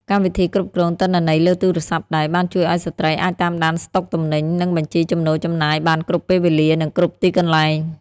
កម្មវិធីគ្រប់គ្រងទិន្នន័យលើទូរស័ព្ទដៃ បានជួយឱ្យស្ត្រីអាចតាមដានស្តុកទំនិញ និងបញ្ជីចំណូលចំណាយបានគ្រប់ពេលវេលា និងគ្រប់ទីកន្លែង។